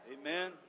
Amen